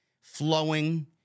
flowing